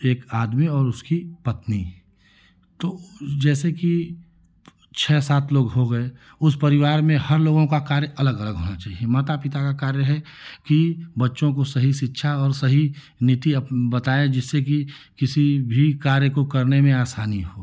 एक आदमी और उसकी पत्नी तो जैसे की छ सात लोग हो गए उस परिवार में हर लोगों का कार्य अलग अलग होना चाहिए माता पिता का कार्य है कि बच्चों को सही शिक्षा और सही नीति बताए जिससे की किसी भी कार्य को करने में आसानी हो